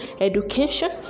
education